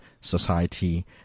society